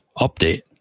update